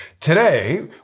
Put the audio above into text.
Today